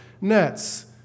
nets